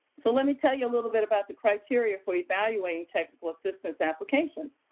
so let me tell you a little bit about the criteria for evaluating technical assistance applications.